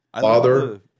Father